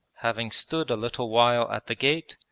having stood a little while at the gate,